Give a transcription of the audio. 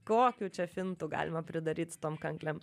kokių čia fintų galima pridaryt su tom kanklėm